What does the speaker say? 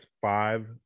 five